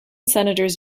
senators